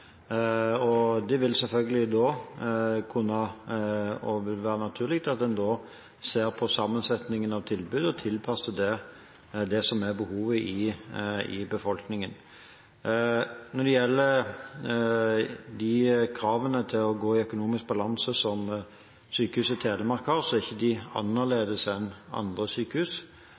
Det vil være naturlig at en da ser på sammensetningen av tilbud og tilpasser dem behovet i befolkningen. Når det gjelder kravene til å gå i økonomisk balanse ved Sykehuset Telemark, er de ikke annerledes enn for andre sykehus.